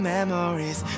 Memories